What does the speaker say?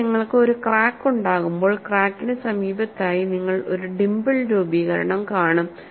എന്നാൽ നിങ്ങൾക്ക് ഒരു ക്രാക്ക് ഉണ്ടാകുമ്പോൾ ക്രാക്കിന് സമീപത്തായി നിങ്ങൾ ഒരു ഡിംപിൾ രൂപീകരണം കാണും